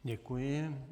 Děkuji.